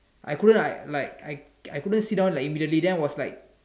I couldn't like I I couldn't sit like immediately then I was like